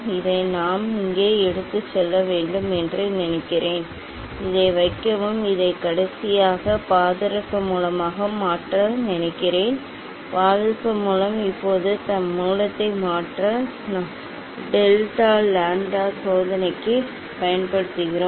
இதை நாம் இங்கே எடுத்துச் செல்ல வேண்டும் என்று நினைக்கிறேன் ஆம் இதை வைக்கவும் இது கடைசியாக பாதரச மூலமாக இருக்கிறது என்று நினைக்கிறேன் ஆம் பாதரச மூல இப்போது இந்த மூலத்தை நாம் டெல்டா லாம்ப்டா சோதனைக்கு பயன்படுத்துகிறோம்